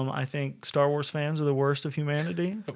um i think star wars fans are the worst of humanity but